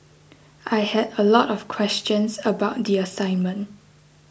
I had a lot of questions about the assignment